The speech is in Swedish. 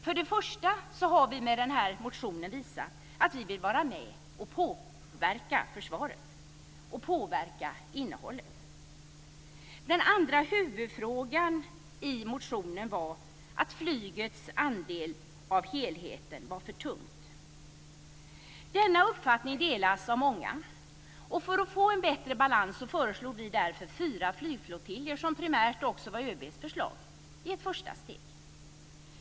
För det första har vi med motionen visat att vi vill vara med och påverka försvaret och påverka innehållet. Den andra huvudfrågan i motionen är att flygets andel av helheten är för tung. Denna uppfattning delas av många. För att få en bättre balans föreslår vi därför fyra flygflottiljer, något som primärt också var ÖB:s förslag, i ett första steg.